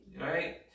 right